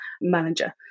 manager